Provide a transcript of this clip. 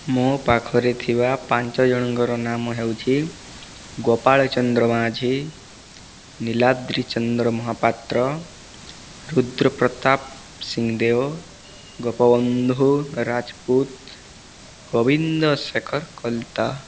ମୋ' ପାଖରେ ଥିବା ପାଞ୍ଚ ଜଣଙ୍କର ନାମ ହେଉଛି ଗୋପାଳ ଚନ୍ଦ୍ର ମାଝି ନୀଳାଦ୍ରି ଚନ୍ଦ୍ର ମହାପାତ୍ର ରୁଦ୍ରପ୍ରତାପ ସିଂହଦେଓ ଗୋପବନ୍ଧୁ ରାଜପୁତ ଗୋବିନ୍ଦ ଶେଖର କଲତା